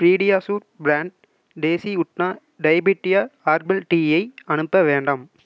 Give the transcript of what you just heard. PediaSure brand தேசி உத்னா டைப்பீட்டியா ஹெர்பல் டீ யை அனுப்ப வேண்டாம்